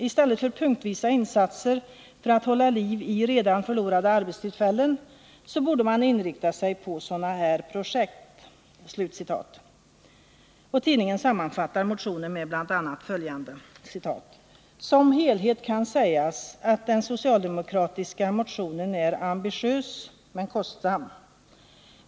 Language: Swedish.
I stället för punktvisa insatser för att hålla liv i redan förlorade arbetstillfällen, så borde man inrikta sig på sådana här projekt.” Tidningen sammanfattar motionen med bl.a. följande: ”Som helhet kan sägas, att den socialdemokratiska motionen är ambitiös, men kostsam.